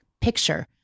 Picture